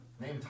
Name